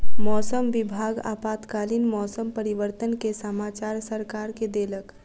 मौसम विभाग आपातकालीन मौसम परिवर्तन के समाचार सरकार के देलक